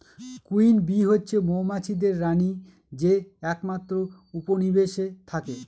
queen bee হচ্ছে মৌমাছিদের রানী যে একমাত্র উপনিবেশে থাকে